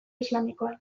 islamikoan